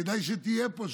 כדאי שתהיה פה,